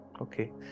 Okay